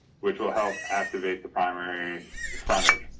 which will help activate the primary frontage.